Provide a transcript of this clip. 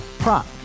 Prop